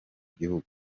gihugu